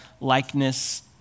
likeness